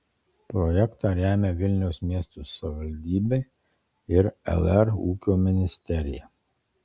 projektą remia vilniaus miesto savivaldybe ir lr ūkio ministerija